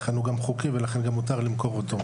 לכן הוא גם חוקי ומותר למכור אותו.